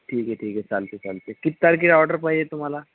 ठीक आहे ठीक आहे चालते चालते किती तारखेला ऑर्डर पाहिजे तुम्हाला